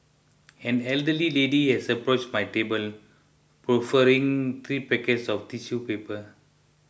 an elderly lady has approached my table proffering three packets of tissue paper